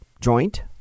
joint